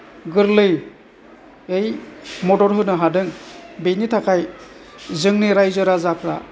गोरलैयै मदद होनो हादों बेनि थाखाय जोंनि रायजो राजाफ्रा